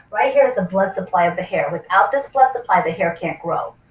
right here is the blood supply of the hair, without this blood supply the hair can't grow.